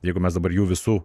jeigu mes dabar jų visų